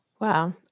Wow